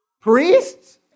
Priests